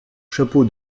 chapeau